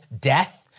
death